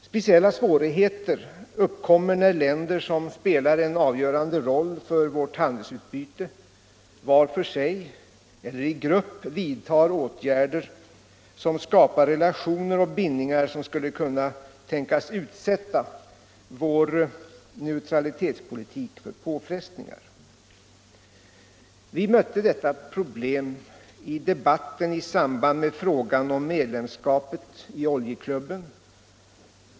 Speciella svårigheter uppkommer när länder som spelar en avgörande roll för vårt handelsutbyte vart för sig eller i grupp vidtar åtgärder, som skapar relationer och bindnningar som skulle kunna tänkas utsätta vår neutralitetspolitik för påfrestningar. Vi mötte detta problem i samband med frågan om medlemskapet i oljeklubben.